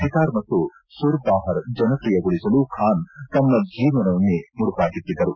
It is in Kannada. ಸಿತಾರ್ ಹಾಗೂ ಸುರ್ಬಾಹರ್ ಜನಪ್ರಿಯಗೊಳಿಸಲು ಖಾನ್ ತಮ್ನ ಜೀವನವನ್ನೇ ಮುಡುಪಾಗಿಟ್ಟದ್ದರು